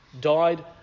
died